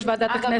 קודם.